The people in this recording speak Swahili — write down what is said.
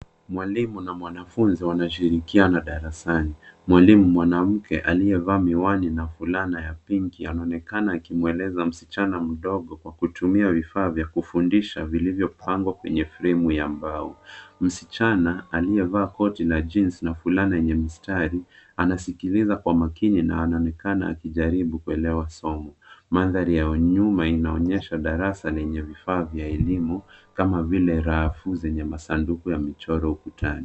Mwalimu na mwanafunzi wanashirikiana darasani ,mwalimu mwanamke aliyevaa miwani na fulana ya pinki anaonekana akimweleza msichana mdogo kwa kutumia vifaa vya kufundisha vilivyopangwa kwenye fremu ya mbao ,msichana aliyevaa koti na jinsi na fulani yenye mistari anasikiliza kwa makini na anaonekana akijaribu kuelewa somo, mandhari ya nyuma inaonyesha darasa lenye vifaa vya elimu kama vile rafu zenye masanduku ya michoro ukutani.